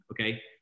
okay